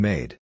Made